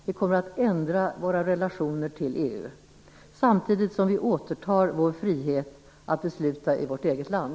Vi kommer att ändra våra relationer till EU, samtidigt som vi återtar vår frihet att besluta i vårt eget land.